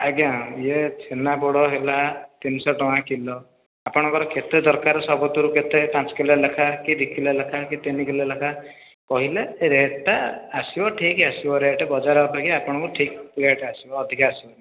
ଆଜ୍ଞା ଏ ଛେନାପୋଡ଼ ହେଲା ତିନି ଶହ ଟଙ୍କା କିଲୋ ଆପଣଙ୍କ ର କେତେ ଦରକାର ସବୁଥିରୁ କେତେ ପାଞ୍ଚ କିଲୋ ଲେଖାଁ କି ଦୁଇ କିଲୋ ଲେଖାଁ କି ତିନି କିଲୋ ଲେଖାଁ କହିଲେ ରେଟ୍ ଟା ଆସିବ ଠିକ୍ ଆସିବ ରେଟ୍ ବଜାର ଅପେକ୍ଷା ଆପଣଙ୍କୁ ଠିକ୍ ରେଟ୍ ଆସିବ ଅଧିକା ଆସିବନି